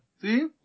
See